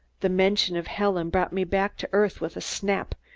the mention of helen brought me back to earth with a snap,